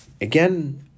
Again